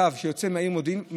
קו שיוצא מהעיר מודיעין,